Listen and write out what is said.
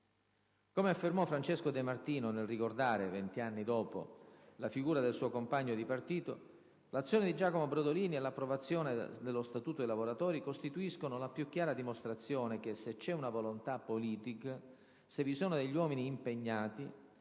Come affermò Francesco De Martino nel ricordare, venti anni dopo, la figura del suo compagno di partito, l'azione di Giacomo Brodolini e l'approvazione dello Statuto dei lavoratori costituiscono la più chiara dimostrazione che «se c'è una volontà politica, se vi sono degli uomini impegnati»